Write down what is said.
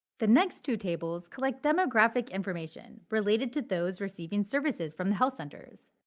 the next two tables collect demographic information related to those receiving services from the health centers.